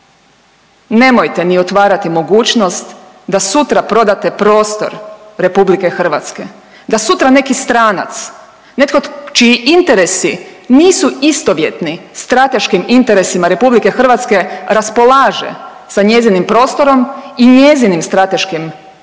nemojte ni otvarati mogućnost da sutra prodate prostor RH, da sutra neki stranac, netko čiji interesi nisu istovjetni strateškim interesima RH raspolaže sa njezinim prostorom i njezinim strateškim projektima